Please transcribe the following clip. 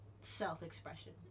self-expression